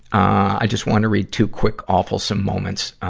i just wanna read two, quick awfulsome moments.